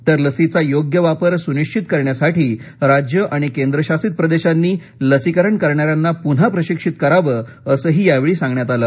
तर लसीचा योग्य वापर सुनिश्वित करण्यासाठी राज्य आणि केंद्रशासित प्रदेशांनी लसीकरण करणाऱ्यांना पुन्हा प्रशिक्षित कराव असंही यावेळी सांगण्यात आलं